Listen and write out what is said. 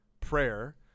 prayer